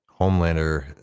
Homelander